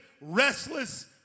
restless